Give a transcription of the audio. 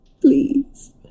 Please